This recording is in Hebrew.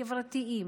חברתיים,